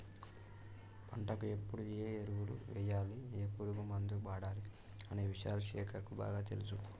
పంటకు ఎప్పుడు ఏ ఎరువులు వేయాలి ఏ పురుగు మందు వాడాలి అనే విషయాలు శేఖర్ కు బాగా తెలుసు